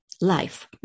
life